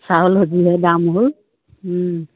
চাউল দাম হ'ল